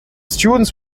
students